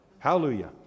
Hallelujah